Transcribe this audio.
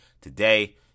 today